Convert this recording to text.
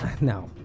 No